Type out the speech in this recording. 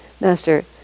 Master